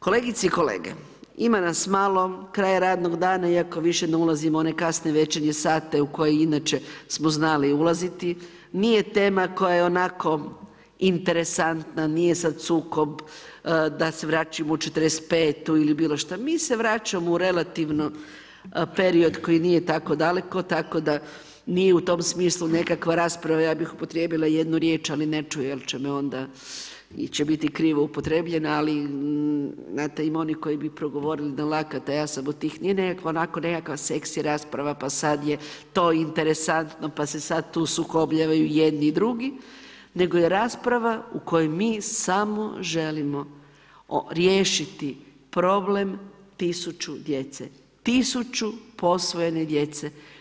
Kolegice i kolege, ima nas malo, kraj radnog dana je, iako više ne ulazimo u one kasne večernje sate u koje inače smo znali ulaziti, nije tema koja je onako interesantna, nije sa … da se vraćamo u '45. ili bilo šta, mi se vraćamo u relativno period koji nije tako daleko, tako da nije u tom smislu nekakva rasprava, ja bih upotrijebila jednu riječ, ali neću jer će biti krivo upotrjebljena, ali znate ima onih koji bi progovorili na lakat, a ja sam od tih, nije nekakva onako sexy rasprava pa sad je to interesantno pa se sad tu sukobljavaju jedni i drugi, nego je rasprava u kojoj mi samo želimo riješiti problem 1000 djece, 1000 posvojene djece.